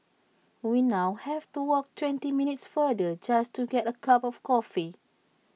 we now have to walk twenty minutes farther just to get A cup of coffee